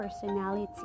personality